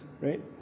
right